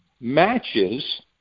matches